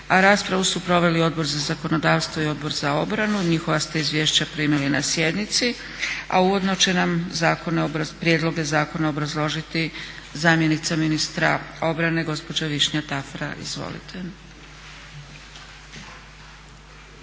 Raspravu su proveli Odbor za zakonodavstvo i Odbor za obranu, njihova ste izvješća primili na sjednici. Uvodno će nam prijedloge zakona obrazložiti zamjenica ministrica obrane gospođa Višnja Tafra. Izvolite.